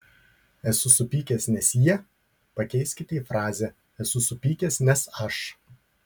esu supykęs nes jie pakeiskite į frazę esu supykęs nes aš